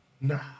Nah